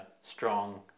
strong